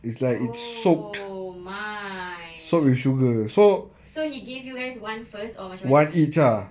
oh my so he gave you guys one first or macam mana